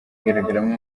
igaragaramo